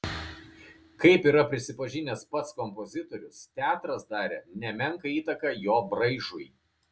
kaip yra prisipažinęs pats kompozitorius teatras darė nemenką įtaką jo braižui